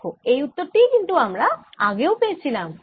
দেখো এই উত্তর টিই কিন্তু আমরা আগেও পেয়েছিলাম